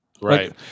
Right